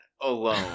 alone